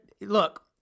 Look